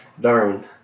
Darwin